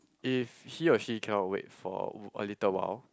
if he or she cannot wait for a little while